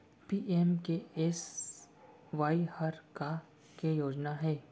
PMKSY हर का के योजना हे?